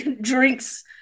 drinks